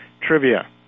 trivia